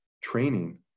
training